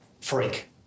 Freak